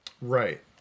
Right